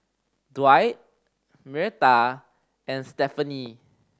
Dwight Myrta and Stephany